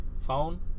phone